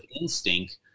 instinct